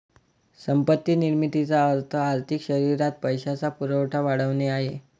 संपत्ती निर्मितीचा अर्थ आर्थिक शरीरात पैशाचा पुरवठा वाढवणे आहे